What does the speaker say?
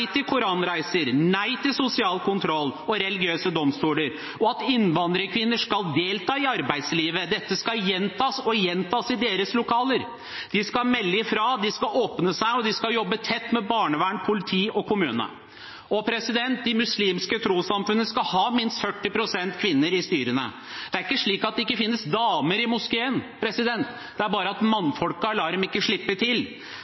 til koranreiser, nei til sosial kontroll og religiøse domstoler. Det betyr at innvandrerkvinner skal delta i arbeidslivet. Dette skal gjentas og gjentas i deres lokaler. De skal melde fra, de skal åpne seg, og de skal jobbe tett med barnevern, politi og kommune. De muslimske trossamfunnene skal ha minst 40 pst. kvinner i styrene. Det er ikke slik at det ikke finnes damer i moskeen, det er bare det at mannfolkene ikke lar dem slippe til.